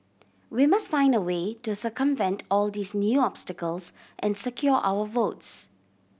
we must find a way to circumvent all these new obstacles and secure our votes